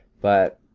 but